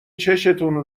چشتون